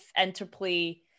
interplay